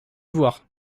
voir